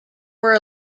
were